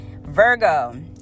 Virgo